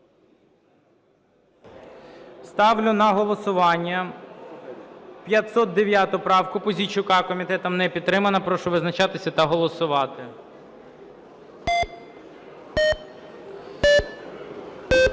Ставлю на голосування 546 правку Пузійчука. Комітетом не підтримана. Прошу визначатися та голосувати.